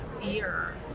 fear